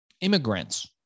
immigrants